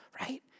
right